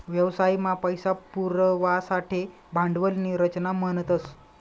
व्यवसाय मा पैसा पुरवासाठे भांडवल नी रचना म्हणतस